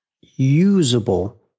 usable